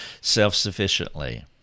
self-sufficiently